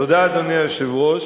אדוני היושב-ראש,